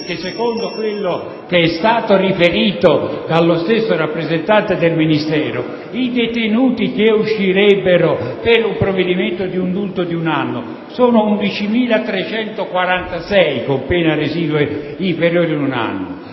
secondo quello che è stato riferito dallo stesso rappresentante del Ministero, i detenuti che uscirebbero per un provvedimento di indulto di un anno sono 11.346 con pene residue inferiori